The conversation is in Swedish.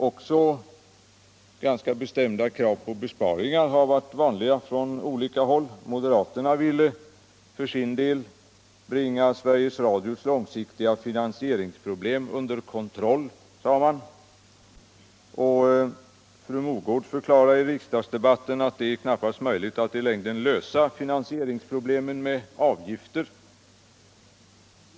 Ganska bestämda krav på besparingar har också varit vanliga från olika håll. Moderaterna ville för sin del bringa Sveriges Radios långsiktiga finansieringsproblem under kontroll, sade man. Fru Mogård förklarade i riksdagsdebatten att det knappast är möjligt alt i längden lösa finansieringsproblemen med avgifter.